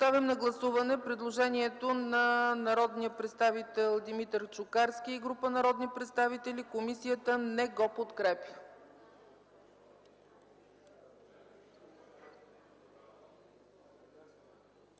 Поставям на гласуване предложението на народния представител Димитър Чукарски и група народни представители, което комисията не подкрепя.